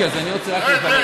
אז אני רוצה רק לברך.